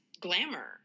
glamour